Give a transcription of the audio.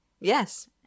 Yes